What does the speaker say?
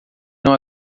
não